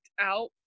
out